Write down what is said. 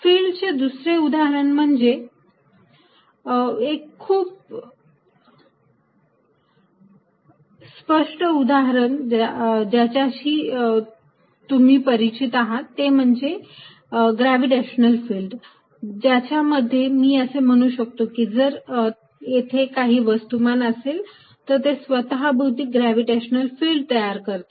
field चे दुसरे उदाहरण म्हणजे एक खूप स्पष्ट उदाहरण ज्याच्याशी तुम्ही परिचित आहात ते म्हणजे ग्रॅव्हिटेशनल फिल्ड ज्याच्या मध्ये मी असे म्हणू शकतो की जर येथे काही वस्तुमान असेल तर ते स्वतः भोवती ग्रॅव्हिटेशनल फिल्ड तयार करते